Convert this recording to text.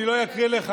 אני לא אקריא לך,